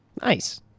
Nice